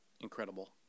incredible